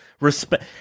Respect